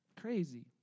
Crazy